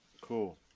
Cool